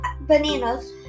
Bananas